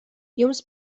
jums